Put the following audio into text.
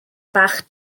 bach